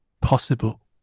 possible